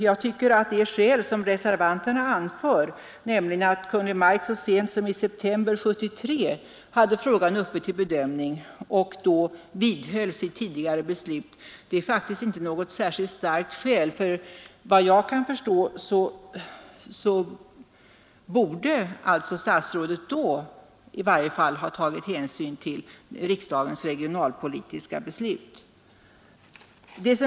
Jag tycker att de skäl som reservanterna anför, nämligen att Kungl. Maj:t så sent som i september 1973 hade frågan uppe till bedömning och då vidhöll sitt tidigare beslut, faktiskt inte är särskilt starka. Vad jag kan förstå borde statsrådet då ha tagit hänsyn till riksdagens regionalpolitiska beslut.